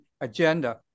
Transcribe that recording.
agenda